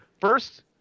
First